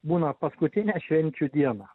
būna paskutinę švenčių dieną